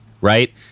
right